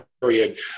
period